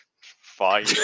fine